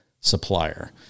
supplier